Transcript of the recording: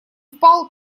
впал